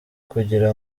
kugira